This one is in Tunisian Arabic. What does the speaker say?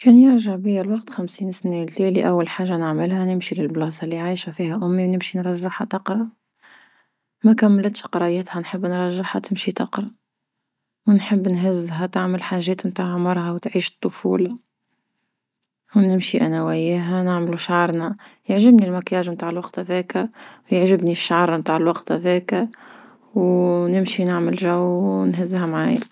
كان يرجع بيا الوقت خمسين سنة لتالي أول حاجة نعملها نمشي للبلاصة لي عايشة فيها أمي ونمشي نرجعها تقرا، ما كملتش قرايتها نحب نرجعها تمشي تقرا، ونحب نهزها تعمل حاجات نتاع عمرها وتعيش الطفولة ونمشي انا وياها نعملو شعرنا يعجبني الماكياج نتاع الوقت هذاكا، ويعجبني الشعر نتاع الوقت هذاكا، ونمشي نعمل جو ونهزها معايا.